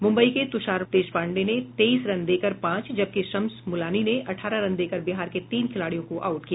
मुम्बई के तुषार देश्यपांडे ने तेईस रन देकर पांच जबकि शम्स मुलानी ने अठारह रन देकर बिहार के तीन खिलाडियों को आऊट किया